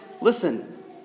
listen